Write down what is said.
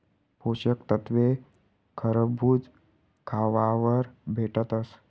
पोषक तत्वे खरबूज खावावर भेटतस